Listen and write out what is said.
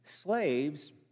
Slaves